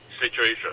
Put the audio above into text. situation